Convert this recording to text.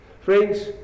Friends